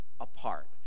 apart